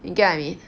you get what I mean